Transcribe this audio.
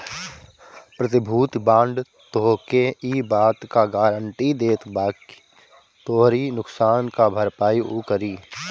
प्रतिभूति बांड तोहके इ बात कअ गारंटी देत बाकि तोहरी नुकसान कअ भरपाई उ करी